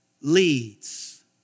leads